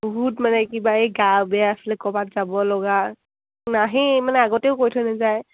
বহুত মানে কিবা এই গা বেয়া আছিলে ক'ৰবাত যাব লগা নাহেই মানে আগতেও কৈ থৈ নেযায়